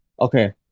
Okay